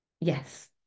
yes